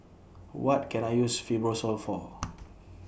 What Can I use Fibrosol For